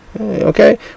Okay